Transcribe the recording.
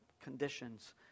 conditions